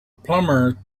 plumber